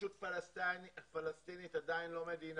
הרשות הפלסטינית עדין לא מדינה